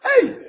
Hey